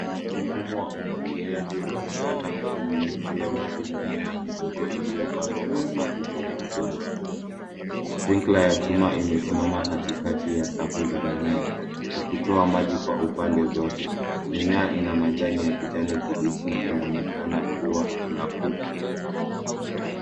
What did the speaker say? Mfumo wa umwagiliaji unaonekana ukinyunyizia maji mimea midogo iliopanwa kwa safu kwenye udongo. Sprinkler ya chuma imesimama katikati ya safu za mimea ikitoa maji kwa upande zote. Mimea ina majani ya kijani kibichi na inaonekana kuwa inakua.